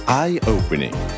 eye-opening